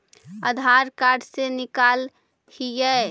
आधार card से निकाल हिऐ?